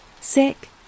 sick